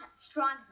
stronger